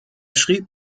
schrieb